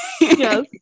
Yes